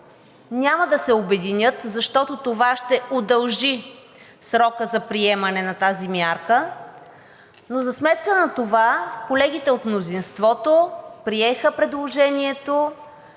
няма да се обединят, защото това ще удължи срока за приемане на тази мярка, но за сметка на това колегите от мнозинството приеха предложението,